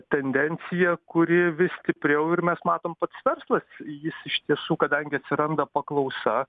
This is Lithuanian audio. tendencija kuri vis stipriau ir mes matom pats verslas jis iš tiesų kadangi atsiranda paklausa